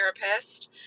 therapist